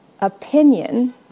opinion